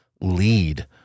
Lead